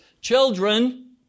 children